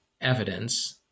evidence